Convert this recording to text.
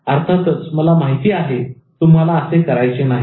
अर्थातच मला माहित आहे तुम्हाला असे करायचे नाही